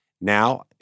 Now